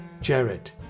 Jared